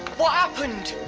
what happened?